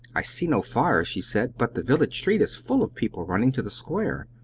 i see no fire, she said, but the village street is full of people running to the square!